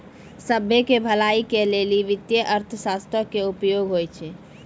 सभ्भे के भलाई के लेली वित्तीय अर्थशास्त्रो के उपयोग होय छै